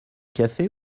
café